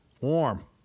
warm